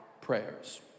prayers